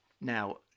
Now